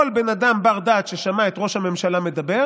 כל בן אדם בר דעת ששמע את ראש הממשלה מדבר